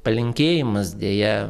palinkėjimas deja